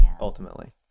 ultimately